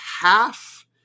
half